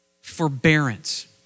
Forbearance